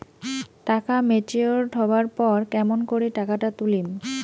টাকা ম্যাচিওরড হবার পর কেমন করি টাকাটা তুলিম?